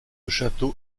château